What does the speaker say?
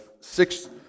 six